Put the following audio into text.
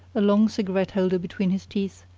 a long cigarette-holder between his teeth,